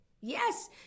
Yes